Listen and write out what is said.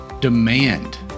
Demand